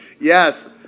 Yes